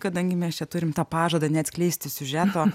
kadangi mes čia turim tą pažadą neatskleisti siužeto